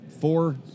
Four